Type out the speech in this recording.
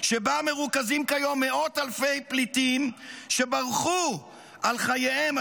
שבה מרוכזים כיום מאות אלפי פליטים שברחו על חייהם,